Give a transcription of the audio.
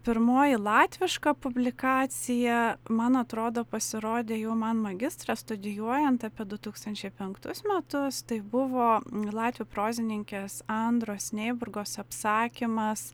pirmoji latviška publikacija man atrodo pasirodė jau man magistrą studijuojant apie du tūkstančiai penktus metus tai buvo latvių prozininkės andros neiburgos apsakymas